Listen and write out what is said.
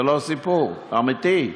זה לא סיפור, אמיתי.